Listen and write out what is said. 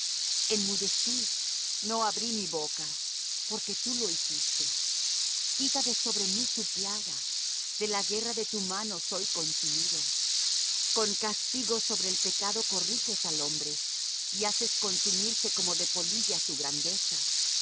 del insensato enmudecí no abrí mi boca porque tú lo hiciste quita de sobre mí tu plaga de la guerra de tu mano soy consumido con castigos sobre el pecado corriges al hombre y haces consumirse como de polilla su grandeza